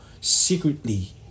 secretly